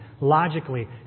logically